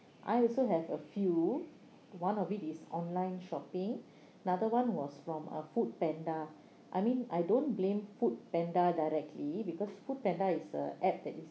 I also have a few one of it is online shopping another one was from a foodpanda I mean I don't blame foodpanda directly because foodpanda is a app that is